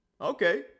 Okay